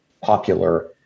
popular